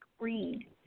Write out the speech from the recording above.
read